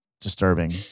disturbing